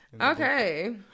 Okay